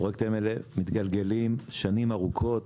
הפרויקטים האלה מתגלגלים שנים ארוכות